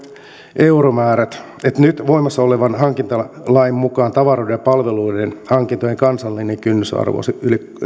euromäärät nyt voimassa olevan hankintalain mukaan tavaroiden ja palveluiden hankintojen kansallinen kynnysarvo